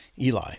Eli